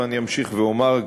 ואני אמשיך ואומר,